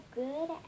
good